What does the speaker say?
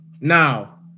now